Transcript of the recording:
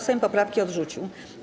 Sejm poprawki odrzucił.